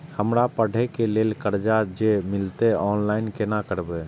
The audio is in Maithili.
हमरा पढ़े के लेल कर्जा जे मिलते ऑनलाइन केना करबे?